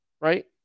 right